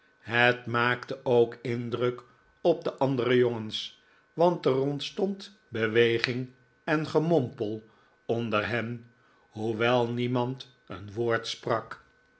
het maakte ook indruk op de andere jongens want er ontstond beweging en gemompel onder hen hoewel niemand een woord sprak